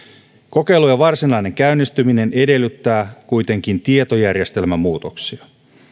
kokeilujen varsinainen käynnistyminen edellyttää kuitenkin tietojärjestelmämuutoksia